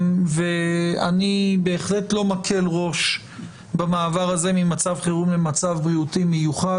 אני בהחלט לא מקל ראש במעבר הזה ממצב חירום למצב בריאותי מיוחד.